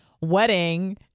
wedding